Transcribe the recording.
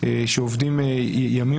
שעובדים ימים